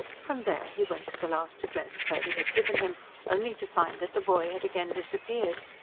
from there he went to the last address purdy had given him only to find that the boy had again disappeared.